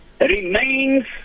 remains